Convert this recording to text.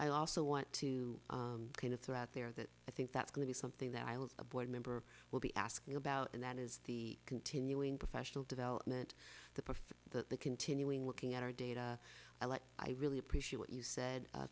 i also want to kind of throw out there that i think that's going to be something that i will a board member will be asking about and that is the continuing professional development the perfect the continuing working at our data i like i really appreciate what you said